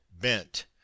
bent